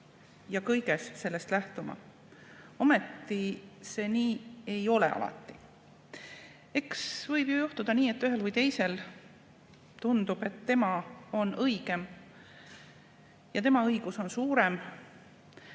ja kõiges sellest lähtuma. Ometi see alati ei ole nii. Võib juhtuda nii, et ühele või teisele tundub, et tema on õigem, tema õigus on suurem,